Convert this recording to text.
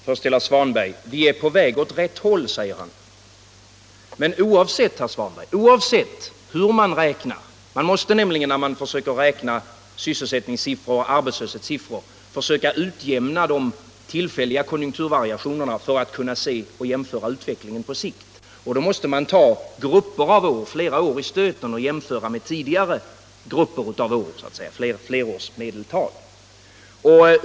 Herr talman! Först några ord till herr Svanberg, som säger att vi är på väg åt rätt håll. Man måste ju när man utvärderar sysselsättningsoch arbetslöshetssiffror försöka utjämna de tillfälliga konjunkturvariationerna för att kunna jämföra utvecklingen på sikt. Då måste man se på grupper av år och jämföra med tidigare flerårsmedeltal.